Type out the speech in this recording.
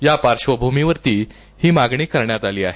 या पार्श्वभूमीवरती ही मागणी करण्यात आली आहे